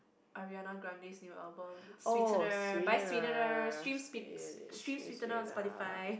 Ariana-Grande's new album Sweetener buy Sweetener stream spit stream Sweetener on Spotify